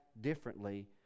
differently